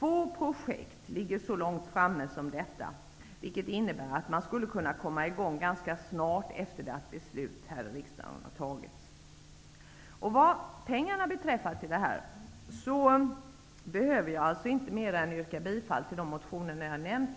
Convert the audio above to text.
Få projekt ligger så långt framme som detta, vilket innebär att man skulle kunna komma i gång ganska snart efter det att beslut har fattats här i riksdagen. Vad pengarna till detta beträffar behöver jag alltså inte mer än yrka bifall till de motioner jag har nämnt.